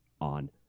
on